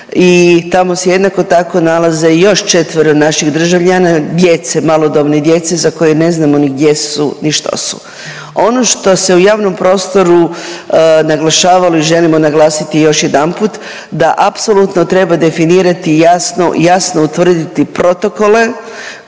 i tamo se jednako nalaze još četvero naših državljana djece, malodobne djece za koje ne znamo ni gdje su ni što su. Ono što se u javnom prostoru naglašavalo i želimo naglasiti još jedanput da apsolutno treba definirati jasno, jasno utvrditi protokole